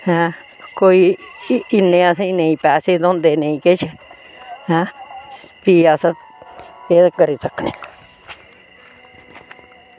ऐ नेईं कोई इन्ने असेंगी कोई पैसे थ्होंदे नेईं किश ऐं भी अस केह् करी सकने आं